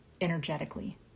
energetically